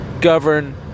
govern